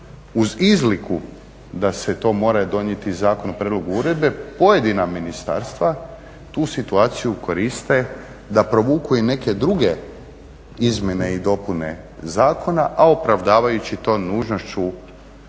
uz izliku da se to mora donijeti Zakon o prijedlogu uredbe, pojedina ministarstva tu situaciju koriste da provuku i neke druge izmjene i dopune zakona, a opravdavajući to nužnošću promjene